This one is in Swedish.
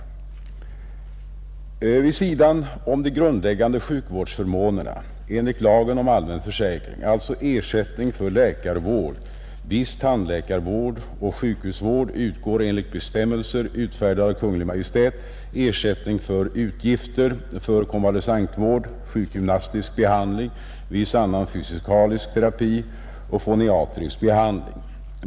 Torsdagen den Vid sidan om de grundläggande sjukvårdsförmånerna enligt lagen om 6 maj 1971 allmän försäkring, alltså ersättning för läkarvård, viss tandläkarvård och —Z sjukhusvård, utgår enligt bestämmelser utfärdade av Kungl. Maj:t Om ersättning från ersättning för utgifter för konvalescentvård, sjukgymnastisk behandling, försäkringskassa vid viss annan fysikalisk terapi och foniatrisk behandling.